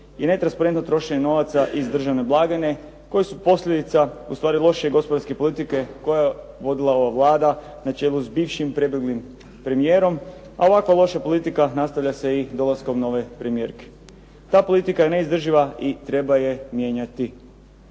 i netransparentno trošenje novaca iz državne blagajne koji su posljedica ustvari loše gospodarske politike koju je vodila ova Vlada na čelu s bivšim prebjeglim premijerom, a ovakva loša politika nastavlja se i dolaskom nove premijerke. Ta politika je neizdrživa i treba je mijenjati.